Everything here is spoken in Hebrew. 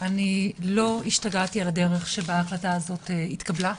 אני לא השתגעתי על הדרך שההחלטה הזו התקבלה.